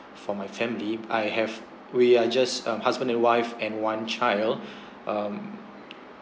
for my family I have we are just um husband and wife and one child um